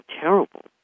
terrible